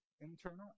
internal